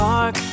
Park